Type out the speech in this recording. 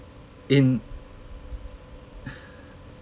in